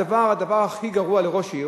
הדבר הכי גרוע לראש עיר,